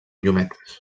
llunetes